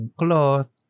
cloth